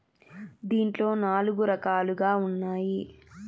దీంట్లో నాలుగు రకాలుగా ఉన్నాయి